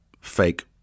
fake